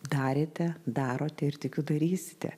darėte darote ir tikiu darysite